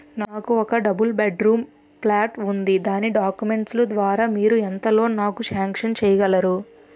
నాకు ఒక double bedroom flat ఉంది దాని డాక్యుమెంట్స్ లు ద్వారా మీరు ఎంత లోన్ నాకు సాంక్షన్ చేయగలరు?